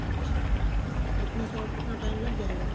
اچھا کتنا تو ٹائم لگ جائے گا